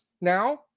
now